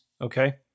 Okay